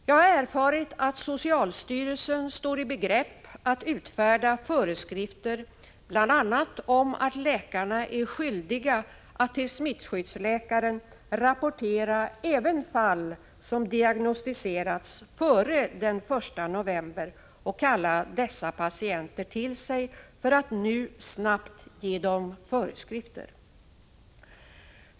Jag har erfarit att socialstyrelsen står i begrepp att utfärda föreskrifter bl.a. om att läkarna är skyldiga att till smittskyddsläkaren rapportera även fall som diagnostiserats före den 1 november 1985 och kalla dessa patienter till sig för att nu snabbt ge dem föreskrifter.